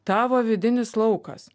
tavo vidinis laukas